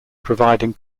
providing